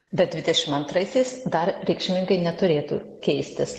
bet dvidešimt antraisiais dar reikšmingai neturėtų keistis